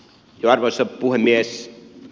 arvoisa puhemies